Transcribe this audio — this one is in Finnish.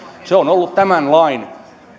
se on ollut tämän lain